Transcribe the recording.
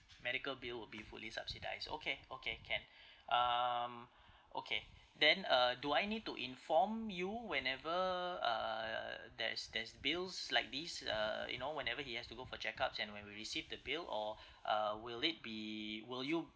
medical bill will be fully subsidised okay okay can um okay then uh do I need to inform you whenever uh there's there's bills like these uh you know whenever he has to go for checkups and when we receive the bill or uh will it be will you